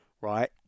right